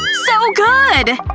so good!